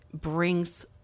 brings